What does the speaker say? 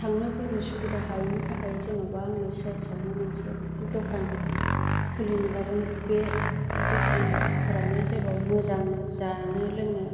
थांनो फैनो सुबिदा हायिनि थाखाय जेनबा आङो चि आइ टियावनो मोनसे दखान खुलिनो लादोें बे दखानफ्रानो जेराव मोजां जानो लोंनो